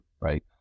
right